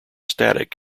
static